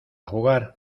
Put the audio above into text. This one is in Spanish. jugar